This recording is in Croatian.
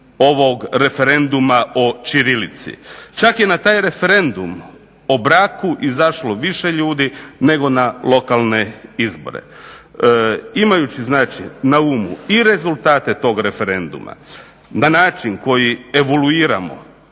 ovog Referenduma o ćirilici. Čak je na taj Referendum o braku izašlo više ljudi nego na lokalne izbore. Imajući znači na umu i rezultate tog referenduma na način koji evoluiramo,